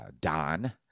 Don